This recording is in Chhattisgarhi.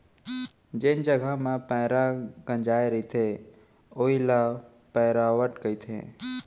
जेन जघा म पैंरा गंजाय रथे वोइ ल पैरावट कथें